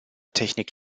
technik